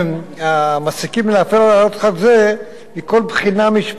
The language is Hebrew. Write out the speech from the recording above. המעסיקים מלהפר הוראות חוק זה מכל בחינה משפטית,